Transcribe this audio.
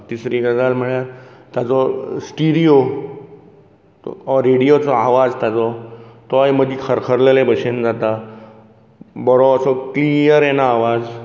तिसरी गजाल म्हळ्यार ताजो स्टिरीयो ऑर रेडियोचो आवाज ताजो तोंय मदीं खरखरलले बशेन जाता बरो असो क्लियर येना आवाज